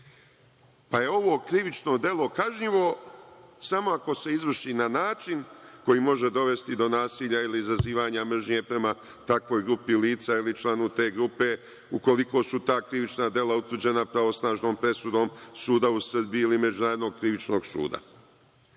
pa je ovo krivično delo kažnjivo samo ako se izvrši na način koji može dovesti do nasilja ili izazivanja mržnje prema takvoj grupi lica ili članu te grupe, ukoliko su ta krivična dela osuđena pravosnažnom presudom suda u Srbiji ili Međunarodnog krivičnog suda. Ovo